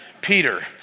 Peter